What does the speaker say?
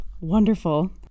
Wonderful